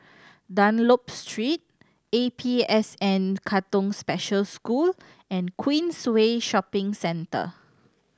Dunlop Street A P S N Katong Special School and Queensway Shopping Centre